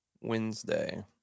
Wednesday